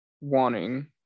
wanting